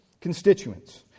constituents